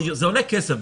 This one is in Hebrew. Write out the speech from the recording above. זה עולה כסף,